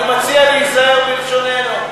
אני מציע להיזהר בלשוננו.